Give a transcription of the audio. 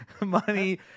money